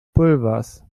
pulvers